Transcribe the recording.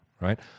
right